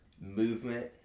movement